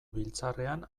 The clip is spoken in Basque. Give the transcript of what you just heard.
biltzarrean